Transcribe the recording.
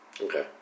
Okay